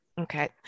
Okay